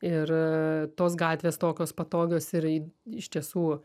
ir tos gatvės tokios patogios ir iš tiesų